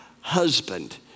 husband